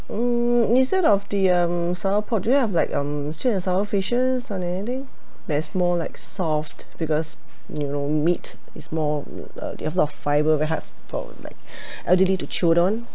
hmm instead of the um sour pork do you have like um sweet and sour fishes or anything that is more like soft because you know meat is more uh there're a lot of fiber very hard for like elderly to chew on